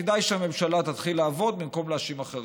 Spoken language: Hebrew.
כדאי שהממשלה תתחיל לעבוד במקום להאשים אחרים.